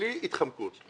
בלי התחמקות,